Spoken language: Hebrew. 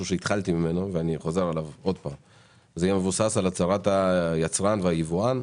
זה אמנם יהיה מבוסס על הצהרת היצרן והיבואן,